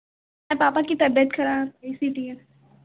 पापा की तबीयत खराब है इसीलिए